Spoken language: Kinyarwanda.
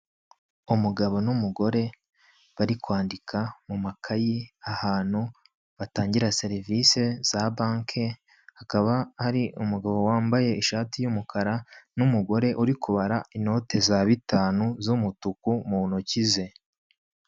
Umugabo n'umugore bari kwandika mu makayi ahantu batangira serivisi za banki, hakaba hari umugabo wambaye ishati y'umukara n'umugore uri kubara inote za bitanu z'umutuku mu ntoki ze.